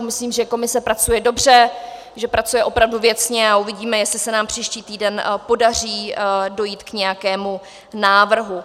Myslím, že komise pracuje dobře, že pracuje opravdu věcně, a uvidíme, jestli se nám příští týden podaří dojít k nějakému návrhu.